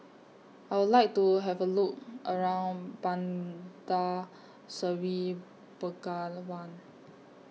I Would like to Have A Look around Bandar Seri Begawan